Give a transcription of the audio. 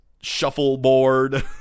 shuffleboard